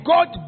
God